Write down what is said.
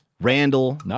Randall